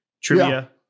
Trivia